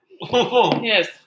Yes